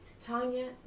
Tanya